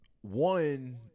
One